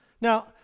Now